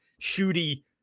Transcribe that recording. shooty